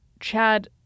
Chad